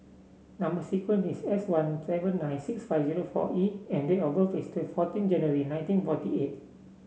number sequence is S one seven nine six five zero four E and date of birth is fourteen January nineteen forty eight